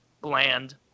bland